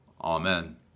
Amen